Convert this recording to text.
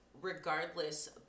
regardless